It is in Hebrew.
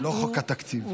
לא חוק התקציב.